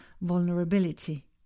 vulnerability